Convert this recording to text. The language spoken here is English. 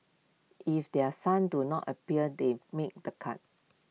if their sons do not appear they made the cut